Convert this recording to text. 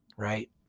right